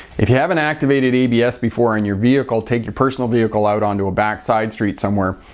if you haven't activated abs before in your vehicle, take your personal vehicle out onto a back side street somewhere,